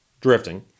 drifting